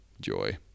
joy